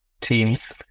teams